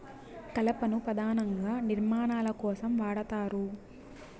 కలపను పధానంగా నిర్మాణాల కోసం వాడతారు